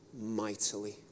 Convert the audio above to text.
mightily